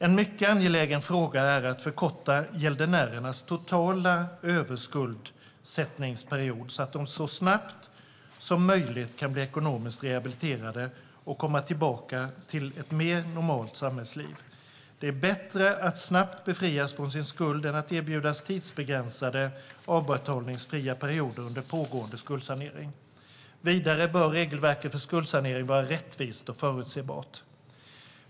En mycket angelägen fråga är att förkorta gäldenärernas totala överskuldsättningsperiod så att de så snabbt som möjligt kan bli ekonomiskt rehabiliterade och komma tillbaka till ett mer normalt samhällsliv. Det är bättre att snabbt befrias från sin skuld än att erbjudas tidsbegränsade avbetalningsfria perioder under pågående skuldsanering. Vidare bör regelverket för skuldsanering vara rättvist och förutsebart.